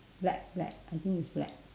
black black I think is black